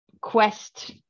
quest